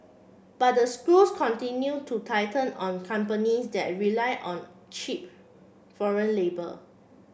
but the screws continue to tighten on companies that rely on cheap foreign labour